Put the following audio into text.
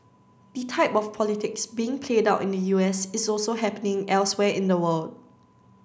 the type of politics being played out in the U S is also happening elsewhere in the world